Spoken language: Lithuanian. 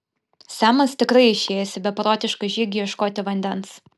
semas tikrai išėjęs į beprotišką žygį ieškoti vandens